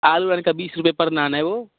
आलू नान का बीस रुपये पर नान है वो